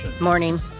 morning